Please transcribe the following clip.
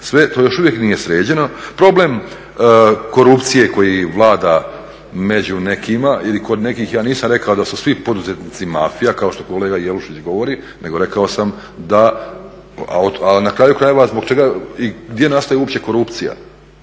sve to još uvijek nije sređeno. Problem korupcije koji vlada među nekima i kod nekih, ja nisam rekao da su svi poduzetnici mafija, kao što kolega Jelušić govori, nego rekao sam da, a na kraju krajeva zbog čega i gdje nastaje uopće korupcija?